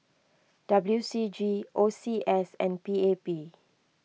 W C G O C S and P A P